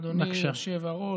אדוני היושב-ראש.